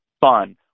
fun